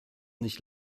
nicht